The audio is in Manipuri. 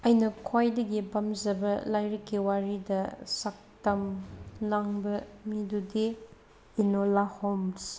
ꯑꯩꯅ ꯈ꯭ꯋꯥꯏꯗꯒꯤ ꯄꯥꯝꯖꯕ ꯂꯥꯏꯔꯤꯛꯀꯤ ꯋꯥꯔꯤꯗ ꯁꯛꯇꯝ ꯂꯥꯡꯕ ꯃꯤꯗꯨꯗꯤ ꯏꯅꯣꯂꯥ ꯍꯣꯝꯁ